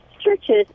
churches